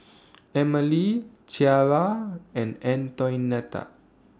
Emilee Ciarra and Antoinette